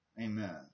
Amen